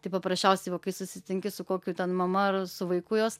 tai paprasčiausiai va kai susitinki su kokiu ten mama ar su vaiku jos